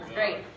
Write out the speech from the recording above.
great